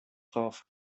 drauf